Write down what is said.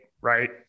right